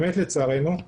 באמת לצערנו,